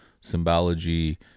symbology